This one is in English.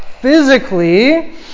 physically